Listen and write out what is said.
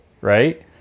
Right